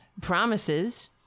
promises